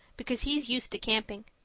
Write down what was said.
because he's used to camping.